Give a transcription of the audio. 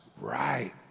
right